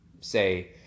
say